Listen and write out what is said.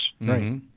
Right